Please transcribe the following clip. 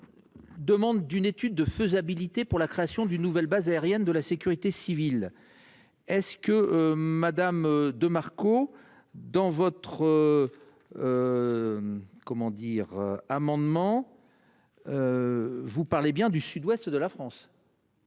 Demande d'une étude de faisabilité pour la création d'une nouvelle base aérienne de la sécurité civile. Est-ce que Madame de Marco. Dans votre. Comment dire amendement. Vous parlez bien du Sud-Ouest de la France.